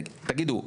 תגידו,